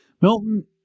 Milton